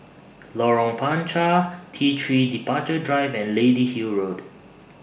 Lorong Panchar T three Departure Drive and Lady Hill Road